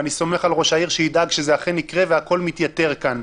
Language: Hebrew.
ואני סומך על ראש העיר שידאג שזה אכן יקרה והכול מתייתר כאן.